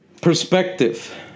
perspective